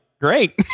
great